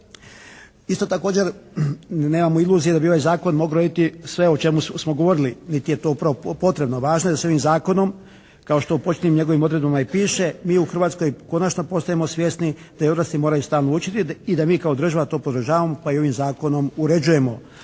Isto također nemamo iluzije da bi ovaj zakon mogao …/Govornik se ne razumije./… sve o čemu smo govorili niti je to upravo potrebno. Važno je da se ovim zakonom kao što u početnim njegovim odredbama i piše mi u Hrvatskoj konačno postajemo svjesni da i odrasli moraju stalno učiti i da mi kao država to podržavamo pa i ovim zakonom uređujemo.